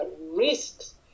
risks